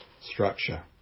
structure